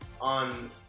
On